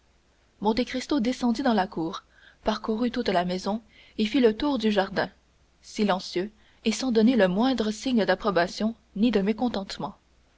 sourcils monte cristo descendit dans la cour parcourut toute la maison et fit le tour du jardin silencieux et sans donner le moindre signe d'approbation ni de mécontentement